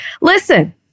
listen